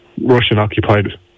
Russian-occupied